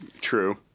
True